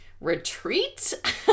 retreat